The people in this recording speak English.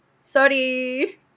Sorry